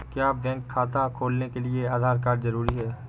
क्या बैंक खाता खोलने के लिए आधार कार्ड जरूरी है?